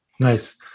Nice